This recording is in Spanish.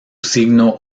signo